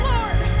Lord